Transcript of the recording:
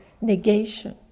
negation